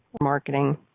marketing